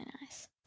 nice